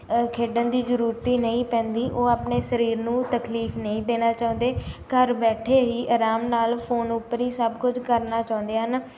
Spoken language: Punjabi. ਅ ਖੇਡਣ ਦੀ ਜ਼ਰੂਰਤ ਹੀ ਨਹੀਂ ਪੈਂਦੀ ਉਹ ਆਪਣੇ ਸਰੀਰ ਨੂੰ ਤਕਲੀਫ਼ ਨਹੀਂ ਦੇਣਾ ਚਾਹੁੰਦੇ ਘਰ ਬੈਠੇ ਹੀ ਆਰਾਮ ਨਾਲ ਫੋਨ ਉੱਪਰ ਹੀ ਸਭ ਕੁਝ ਕਰਨਾ ਚਾਹੁੰਦੇ ਹਨ